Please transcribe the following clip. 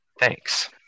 Thanks